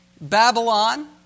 Babylon